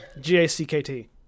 G-A-C-K-T